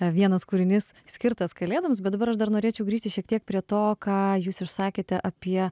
vienas kūrinys skirtas kalėdoms bet dabar aš dar norėčiau grįžti šiek tiek prie to ką jūs išsakėte apie